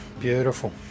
beautiful